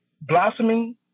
blossoming